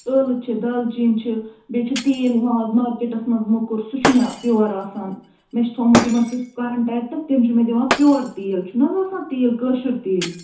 ٲلہٕ چھِ دالہٕ چیٖن چھِ بیٚیہِ چھِ تیٖل وۅنۍ اَز مارکٮ۪ٹس منٛز مۄکُر سُہ چھُ مےٚ پیٛوٗوَر آسان مےٚ چھُ تھوٚومُت تِمن سۭتۍ کنٛٹٮ۪کٹہٕ تِم چھِ مےٚ دِوان پیٛوٗوَر تیٖل چھُنہٕ حظ آسان تیٖل کٲشُر تیٖل